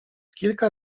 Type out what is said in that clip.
kilka